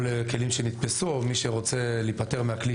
או לכלים שנתפסו או למי שרוצה להיפטר מהכלי